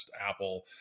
Apple